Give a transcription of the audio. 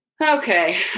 okay